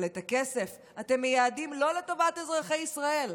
אבל את הכסף אתם מייעדים לא לטובת אזרחי ישראל,